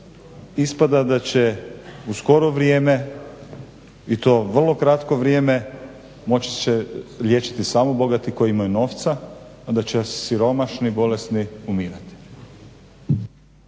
Ispada da će u skoro vrijeme, i to vrlo kratko vrijeme, moći će liječiti se samo bogati koji imaju novca, a da će siromašni bolesni umirati.